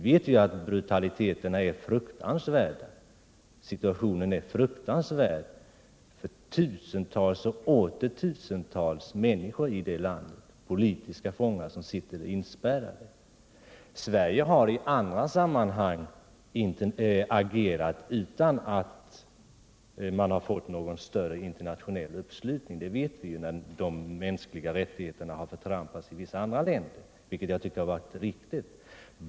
Vi vet ju att brutaliteten där är fruktansvärd, att situationen som helhet är fruktansvärd, med tusentals och åter tusentals politiska fångar som sitter inspärrade. Sverige har i andra sammanhang agerat utan att vi haft någon större internationell uppslutning bakom oss. När de mänskliga rättigheterna har förtrampats i vissa andra länder har vi agerat, vilket jag tycker har varit riktigt.